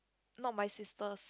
not my sisters